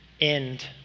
end